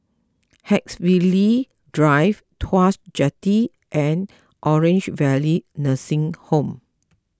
Haigsville Drive Tuas Jetty and Orange Valley Nursing Home